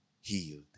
healed